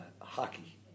hockey